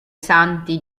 santi